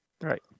Right